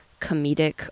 comedic